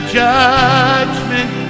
judgment